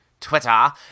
twitter